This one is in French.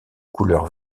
couleur